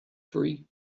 three